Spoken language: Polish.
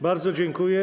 Bardzo dziękuję.